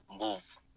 move